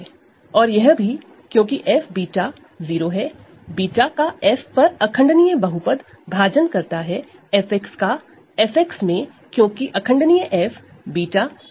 और यह भी क्योंकि fβ 0 है irreducible polynomial β over F divide करता है FX को क्योंकि यह इररेडूसिबल है f β 0 है यानी कि β f का रूट है